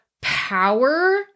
power